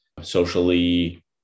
socially